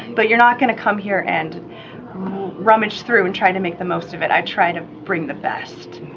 but you're not gonna come here and rummage through and try to make the most of it. i try to bring the best.